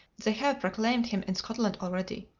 they have proclaimed him in scotland already.